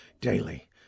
Daily